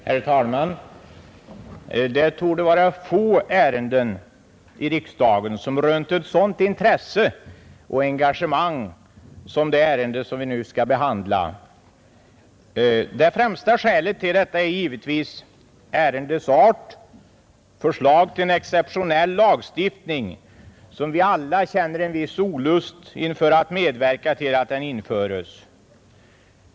Herr talman! Det torde vara få ärenden i riksdagen som rönt ett sådant intresse och engagemang som det ärende som vi nu skall behandla. Det främsta skälet till detta är givetvis ärendets art — en exceptionell lagstiftning som vi alla känner en viss olust inför att medverka till att den införes.